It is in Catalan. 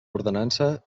ordenança